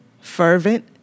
fervent